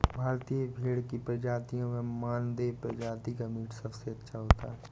भारतीय भेड़ की प्रजातियों में मानदेय प्रजाति का मीट सबसे अच्छा होता है